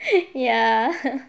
ya